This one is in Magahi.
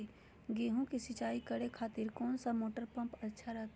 गेहूं के सिंचाई करे खातिर कौन सा मोटर पंप अच्छा रहतय?